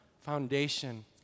foundation